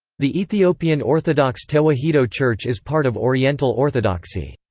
the ethiopian orthodox tewahedo church is part of oriental orthodoxy.